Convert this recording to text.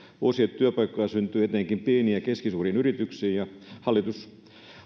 uusia työpaikkoja syntyy etenkin pieniin ja keskisuuriin yrityksiin ja hallitus